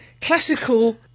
...classical